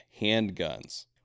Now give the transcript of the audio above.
handguns